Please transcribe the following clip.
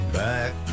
back